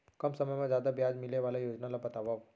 कम समय मा जादा ब्याज मिले वाले योजना ला बतावव